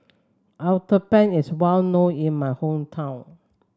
uthapam is well known in my hometown